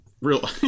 Real